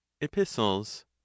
epistles